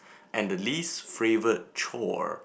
and the least favourite chore